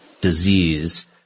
disease